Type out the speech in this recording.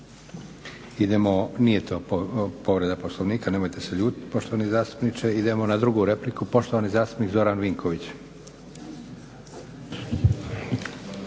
Idemo, nije to povreda Poslovnika, nemojte se ljutiti poštovani zastupniče. Idemo na drugu repliku. Poštovani zastupnik Zoran Vinković.